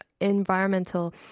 environmental